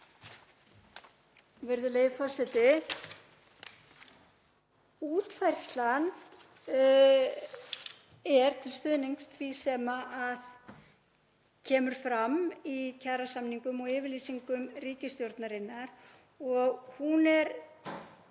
Útfærslan er til stuðnings því sem kemur fram í kjarasamningum og yfirlýsingum ríkisstjórnarinnar og hún er